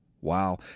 wow